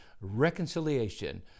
reconciliation